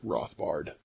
Rothbard